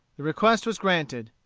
the request was granted.